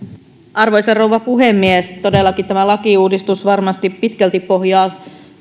arvoisa rouva puhemies todellakin tämä lakiuudistus varmasti pitkälti pohjaa